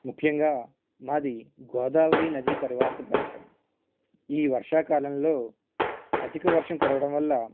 ముఖ్యంగా మాది గోదావరి నది పరివాహిక ప్రాంతం ఈ వర్షాకాలంలో అధిక వర్షం కురవడం వల్ల